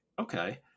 okay